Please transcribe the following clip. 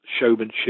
showmanship